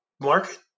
Market